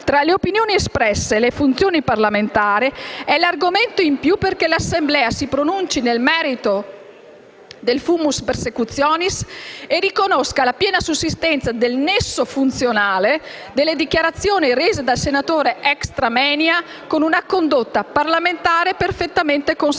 tra le opinioni espresse e le funzioni parlamentari è argomento in più perché l'Assemblea si pronunci nel merito del *fumus persecutionis* e riconosca la piena sussistenza del nesso funzionale delle dichiarazioni del senatore rese *extramoenia* con una condotta da parlamentare perfettamente conseguente.